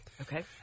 Okay